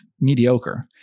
mediocre